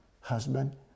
husband